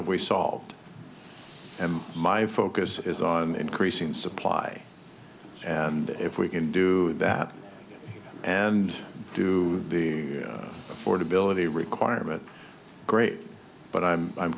have we solved and my focus is on increasing supply and if we can do that and do the affordability requirement great but i'm i'm